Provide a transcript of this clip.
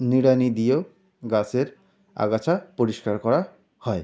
নিড়ানি দিয়েও গাছের আগাছা পরিষ্কার করা হয়